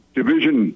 division